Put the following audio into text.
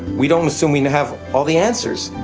we don't assume we and have all the answers.